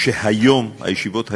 שהישיבות היום,